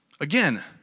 Again